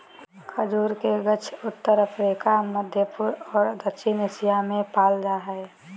खजूर के गाछ उत्तर अफ्रिका, मध्यपूर्व और दक्षिण एशिया में पाल जा हइ